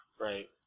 right